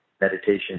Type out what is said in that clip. meditation